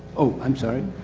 oh, i'm sorry,